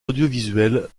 audiovisuel